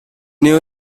new